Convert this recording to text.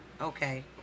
Okay